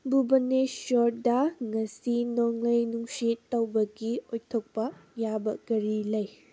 ꯚꯨꯕꯅꯦꯁ꯭ꯋꯔꯗ ꯉꯁꯤ ꯅꯣꯡꯂꯩ ꯅꯣꯡꯁꯤꯠ ꯇꯧꯕꯒꯤ ꯑꯣꯏꯊꯣꯛꯄ ꯌꯥꯕ ꯀꯔꯤ ꯂꯩ